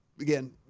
again